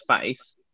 face